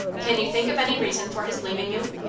can you think of any reason for his leaving you?